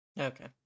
Okay